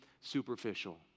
superficial